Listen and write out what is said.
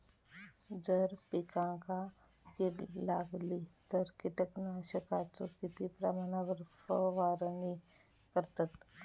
जर पिकांका कीड लागली तर कीटकनाशकाचो किती प्रमाणावर फवारणी करतत?